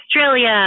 Australia